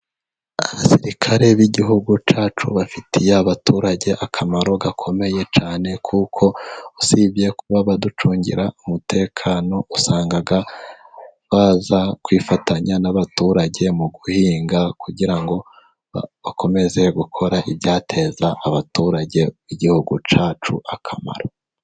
Abasirikare b'Igihugu cyacu bafitiye abaturage akamaro gakomeye cyane, kuko usibye kuba baducungira umutekano, usanga baza kwifatanya n'abaturage mu guhinga, kugira ngo bakomeze gukora ibyateza abaturage b'Igihugu cyacu akamaro.